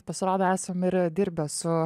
pasirodo esam ir dirbę su